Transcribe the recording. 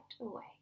away